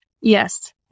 Yes